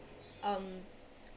um